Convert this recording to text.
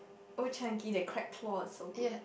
old-chang-kee the crab claw is so good